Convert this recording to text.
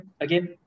again